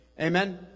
Amen